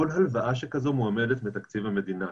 כל הלוואה שכזו ממומנת מתקציב המדינה.